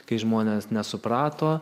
kai žmonės nesuprato